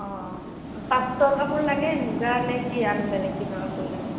অঁ অঁ পাটৰ কাপোৰ লাগে মুগাৰ নে কি আন বেলেগ কিবা কাপোৰ লাগে